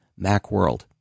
Macworld